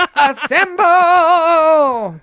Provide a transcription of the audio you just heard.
Assemble